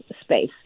space